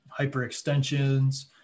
hyperextensions